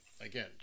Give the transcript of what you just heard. again